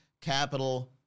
capital